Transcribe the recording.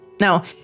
Now